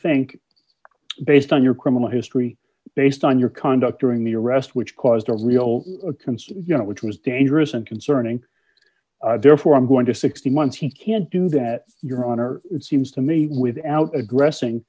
think based on your criminal history based on your conduct during the arrest which caused a real concern you know which was dangerous and concerning therefore i'm going to sixteen months he can't do that your honor it seems to me without aggressing